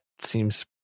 seems